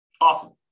Awesome